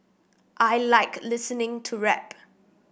I like listening to rap